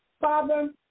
Father